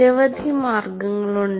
നിരവധി മാർഗങ്ങളുണ്ട്